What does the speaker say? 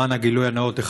למען הגילוי הנאות,